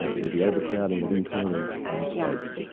ah with the overcrowding of internal space,